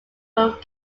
would